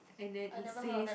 and then it says